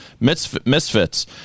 misfits